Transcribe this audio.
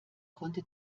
konnte